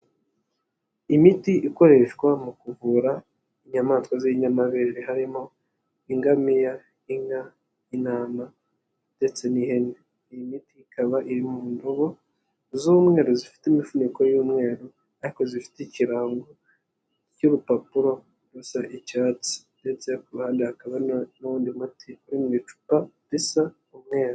Imiti ikoreshwa mu kuvura inyamaswa z'inyamabere harimo ingamiya, inka, intama ndetse n'ihene. Iyi miti ikaba iri mu ndobo z'umweru zifite imifuniko y'umweru ariko zifite ikirango cy'urupapuro rusa icyatsi ndetse ku ruhande hakaba n'undi muti uri mu icupa risa umweru.